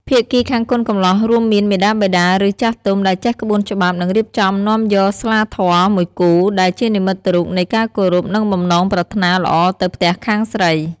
ភាគីខាងកូនកំលោះ រួមមាន មាតាបិតា ឬ ចាស់ទុំ ដែលចេះក្បួនច្បាប់ នឹងរៀបចំនាំយក ស្លាធម៌មួយគូ ដែលជានិមិត្តរូបនៃការគោរព និងបំណងប្រាថ្នាល្អទៅភ្ទះខាងស្រី។